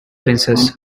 princess